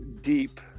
deep